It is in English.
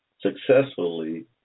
successfully